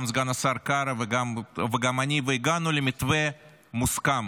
גם סגן השר קארה וגם אני והגענו למתווה מוסכם